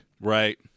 Right